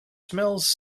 smells